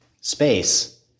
space